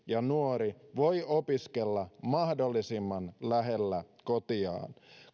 ja nuori voi opiskella mahdollisimman lähellä kotiaan